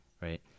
Right